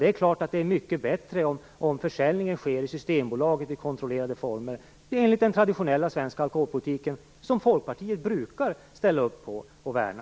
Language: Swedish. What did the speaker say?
Det är klart att det är mycket bättre om försäljningen sker i Systembolaget i kontrollerade former enligt den traditionella svenska alkoholpolitiken, som Folkpartiet brukar ställa upp på och värna.